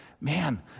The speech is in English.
man